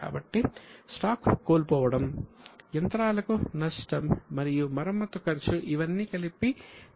కాబట్టి స్టాక్ కోల్పోవడం యంత్రాలకు నష్టం మరియు మరమ్మత్తు ఖర్చు ఇవన్నీ కలిపి తీసుకుంటాము